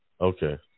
Okay